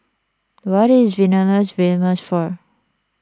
what is Vilnius famous for